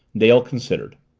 dale considered.